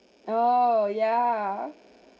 oh yeah